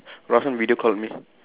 Raushan video called me